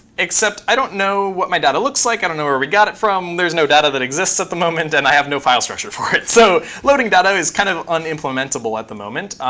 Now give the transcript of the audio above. except i don't know what my data looks like, i don't know where we got it from, there's no data that exists at the moment, and i have no file structure for it. so loading data is kind of un-implementable at the moment.